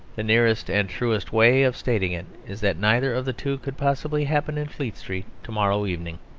the nearest and truest way of stating it is that neither of the two could possibly happen in fleet street to-morrow evening.